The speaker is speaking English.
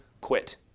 quit